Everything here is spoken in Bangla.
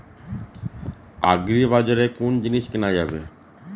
আগ্রিবাজারে কোন জিনিস কেনা যাবে?